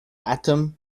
atom